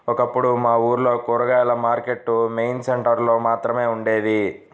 ఒకప్పుడు మా ఊర్లో కూరగాయల మార్కెట్టు మెయిన్ సెంటర్ లో మాత్రమే ఉండేది